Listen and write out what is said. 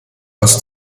aus